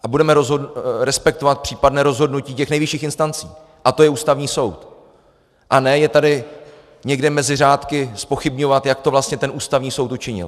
A budeme respektovat případné rozhodnutí těch nejvyšších instancí, a to je Ústavní soud, a ne tady někde mezi řádky zpochybňovat, jak to vlastně ten Ústavní soud učinil.